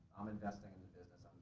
i'm investing in the business ah